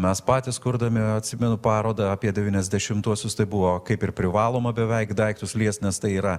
mes patys kurdami atsimenu parodą apie devyniasdešimtuosius tai buvo kaip ir privaloma beveik daiktus liest nes tai yra